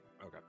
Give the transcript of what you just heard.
okay